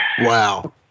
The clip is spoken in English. Wow